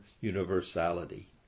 universality